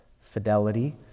fidelity